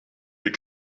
will